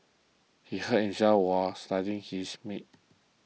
he hurt himself while slicing his meat